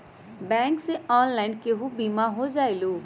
Bank से online केहु बिमा हो जाईलु?